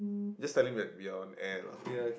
just tell him that we are on air lah